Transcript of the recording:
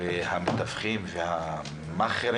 והמתווכים וה"מאכערים"